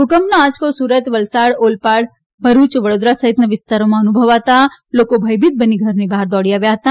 ભૂકંપનો આંચકો સુરત વલસાડ ઓલપાડ ભરૂચ વડોદરા સહિતના વિસ્તારોમાં અનુભવાતા લોકો ભયભીત બની ઘરની બહાર દોડી આવ્યા હતા